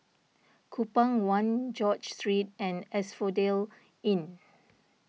Kupang one George Street and Asphodel Inn